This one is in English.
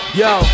yo